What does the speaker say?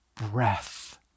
breath